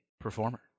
performer